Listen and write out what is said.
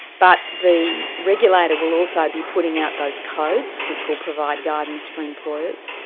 but the regulator will also be putting out those codes which will provide guidance for employers.